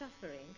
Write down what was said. suffering